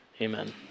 Amen